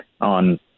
on